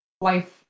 life